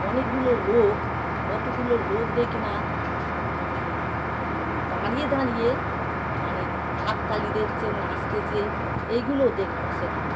অনেকগুলো লোক কতগুলো লোক দেখি না দাঁড়িয়ে দাঁড়িয়ে মানে হাততালি দিচ্ছে নাচতেছে এইগুলোও দেখলাম সেখানটায়